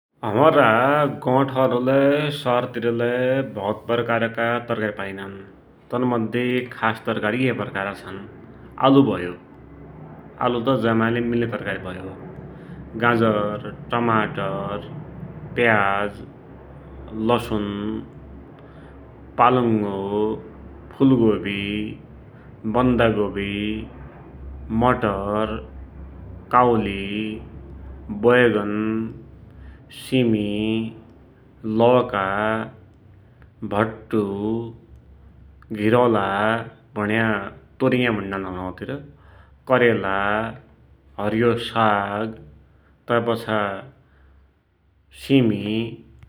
हमरा गौठरलै सहरतिरलै भौत प्रकारका तरकारी पाइनान् तन मध्ये खास तरकारी ये प्रकारका छन्ः आलु भयो, आलुत जैमाइलै मिल्या तरकारी भयो, गाजर, टमाटर, प्याज, लसुन, पालुङो, फुलगोवी, बन्दागोवी, मटर, काउली, बैगन, सीमी, लोका, भट्ट, घिरौला भुन्या तोरिया भुण्णान हमरा वा तिर, करेला, हरेयो साग, तै पाछा सिमि ।